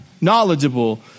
knowledgeable